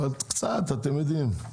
אבל קצת, אתם יודעים.